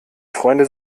freunde